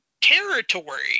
territory